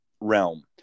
realm